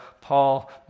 Paul